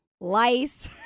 lice